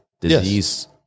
Disease